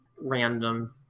random